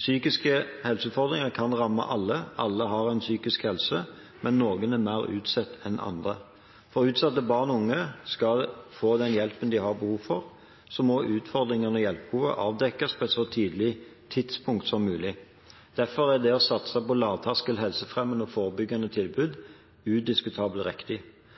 Psykiske helseutfordringer kan ramme alle, alle har en psykisk helse, men noen er mer utsatt enn andre. For at utsatte barn og unge skal få den hjelpen de har behov for, må utfordringer og hjelpebehov avdekkes på et så tidlig tidspunkt som mulig. Derfor er det å satse på lavterskel helsefremmende og forebyggende tilbud udiskutabelt riktig.